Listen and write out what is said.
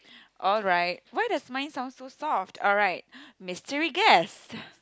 alright why does mine sound so soft alright mystery guess